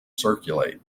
circulate